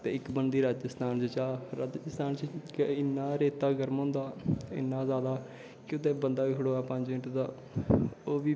ते इक बनदी राजस्तान च च्हा राजस्तान च के इन्ना रेता जादा गर्म होंदा इन्ना के ओह्दै च बंदा बी खड़ोऐ पंज मैंट तां ओह् बी